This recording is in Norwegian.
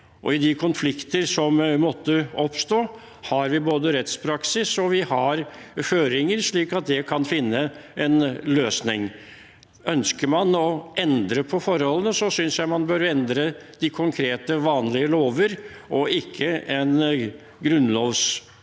I de konflikter som måtte oppstå, har vi både rettspraksis og føringer, slik at det kan finnes en løsning. Ønsker man å endre på forholdene, synes jeg man bør endre de konkrete, vanlige lover og ikke grunnlovfeste